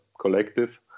collective